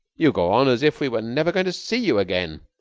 you go on as if we were never going to see you again.